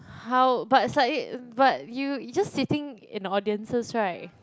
how but it's like but you you just sitting in the audiences [right]